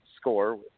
score –